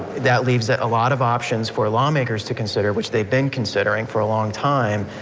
that leaves that a lot of options for lawmakers to consider which they've been considering for a long time,